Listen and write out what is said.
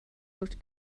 looked